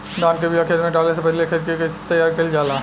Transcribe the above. धान के बिया खेत में डाले से पहले खेत के कइसे तैयार कइल जाला?